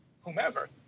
whomever